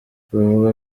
bavuga